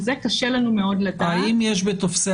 וזה קשה לנו מאוד לדעת --- האם יש בטפסי